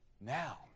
Now